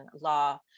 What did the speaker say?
law